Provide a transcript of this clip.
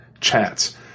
chats